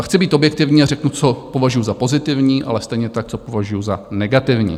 Chci být objektivní a řeknu, co považuju za pozitivní, ale stejně tak, co považuju za negativní.